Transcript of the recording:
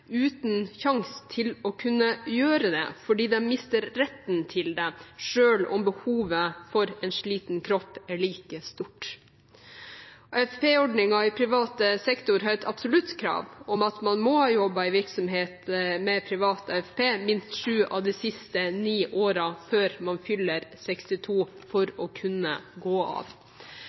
uten at de har sjanse til å kunne gjøre det fordi de mister retten til det, selv om behovet for det for en sliten kropp er like stort. AFP-ordningen i privat sektor har et absolutt krav om at man må ha jobbet i virksomhet med privat AFP i minst sju av de siste ni årene før man fyller 62 for å kunne gå av.